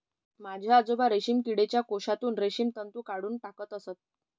माझे आजोबा रेशीम किडीच्या कोशातून रेशीम तंतू काढून टाकत असत